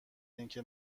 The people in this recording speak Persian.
اینکه